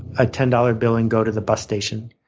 a ten dollars bill and go to the bus station,